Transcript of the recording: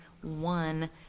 one